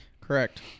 Correct